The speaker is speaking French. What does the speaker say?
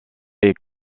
est